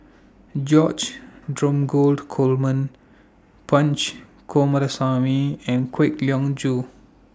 George Dromgold Coleman Punch Coomaraswamy and Kwek Leng Joo